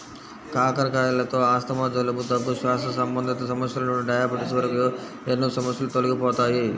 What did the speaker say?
కాకరకాయలతో ఆస్తమా, జలుబు, దగ్గు, శ్వాస సంబంధిత సమస్యల నుండి డయాబెటిస్ వరకు ఎన్నో సమస్యలు తొలగిపోతాయి